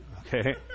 Okay